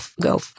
go